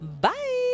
Bye